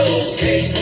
okay